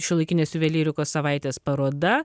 šiuolaikinės juvelyrikos savaitės paroda